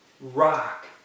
rock